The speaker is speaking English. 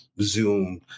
Zoom